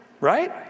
Right